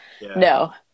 No